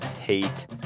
hate